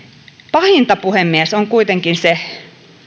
pahinta puhemies on kuitenkin se